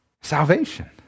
salvation